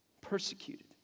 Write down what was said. persecuted